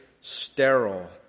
sterile